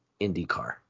IndyCar